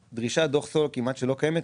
דרישת דוח סולו בעולם כמעט ולא קיימת.